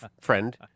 friend